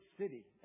city